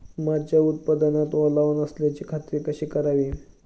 माझ्या उत्पादनात ओलावा नसल्याची खात्री कशी करावी?